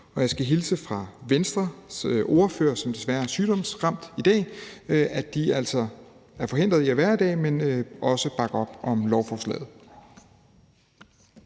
Jeg skal hilse fra Venstres ordfører, som desværre er sygdomsramt i dag og derfor forhindret i at være her i dag, og sige, at de også bakker op om lovforslaget.